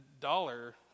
dollar